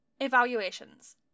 Evaluations